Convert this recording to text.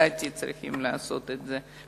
לדעתי צריכים לעשות את זה,